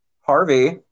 Harvey